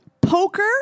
poker